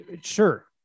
sure